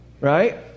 Right